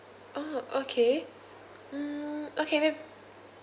ah okay mm okay may